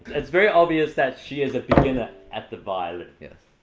it's very obvious that she is a beginner at the violin. yes.